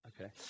Okay